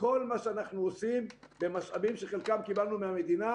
וכל מה שאנחנו עושים במשאבים שאת חלקם קיבלנו מהמדינה